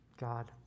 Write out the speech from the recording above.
God